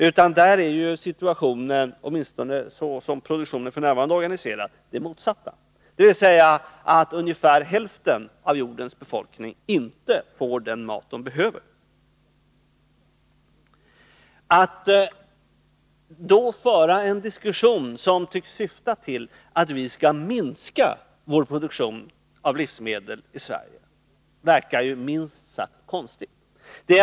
I det avseendet är situationen — åtminstone såsom produktionen f.n. är organiserad — den motsatta, dvs. att ungefär hälften av jordens befolkning inte får den mat den behöver. Att då föra en diskussion som tycks syfta till att vi skall minska produktionen av livsmedel i Sverige verkar minst sagt konstigt.